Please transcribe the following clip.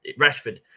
Rashford